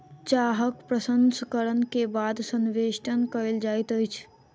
चाहक प्रसंस्करण के बाद संवेष्टन कयल जाइत अछि